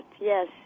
yes